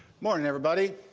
morning, everybody.